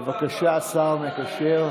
בבקשה, השר המקשר.